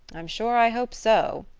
i'm sure i hope so,